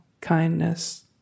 kindness